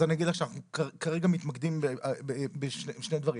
אנחנו כרגע מתמקדים בשני דברים,